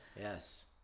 Yes